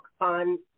on